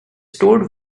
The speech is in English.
stored